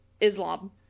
Islam